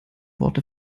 worte